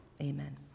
amen